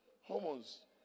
hormones